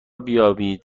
بیابید